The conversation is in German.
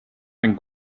ein